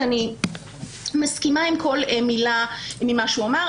ואני מסכימה עם כל מילה ממה שהוא אמר.